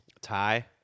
Tie